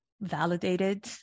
validated